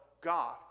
God